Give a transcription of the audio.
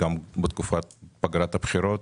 פגרת הבחירות